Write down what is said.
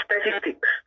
statistics